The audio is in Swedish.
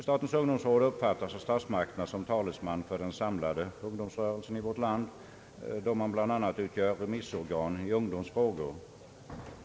Statens ungdomsråd uppfattas av statsmakterna som talesman för den samlade ungdomsrörelsen i vårt land, då rådet bl.a. utgör remissorgan i ungdomsfrågor.